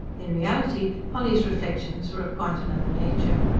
in reality polly's reflections were of quite another nature.